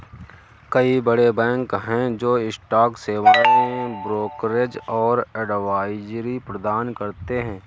कई बड़े बैंक हैं जो स्टॉक सेवाएं, ब्रोकरेज और एडवाइजरी प्रदान करते हैं